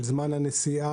של זמן הנסיעה,